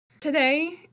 today